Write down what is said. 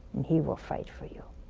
and he will fight for you.